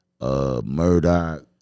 Murdoch